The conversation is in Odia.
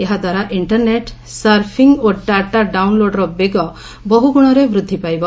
ଏହାଦ୍ୱାରା ଇଣ୍ଟରନେଟ୍ ସର୍ଫିଙ୍ଗ୍ ଓ ଡାଟା ଡାଉନ୍ଲୋଡ୍ର ବେଗ ବହୁ ଗୁଣରେ ବୃଦ୍ଧି ପାଇବ